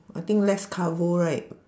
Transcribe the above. I think less carbo right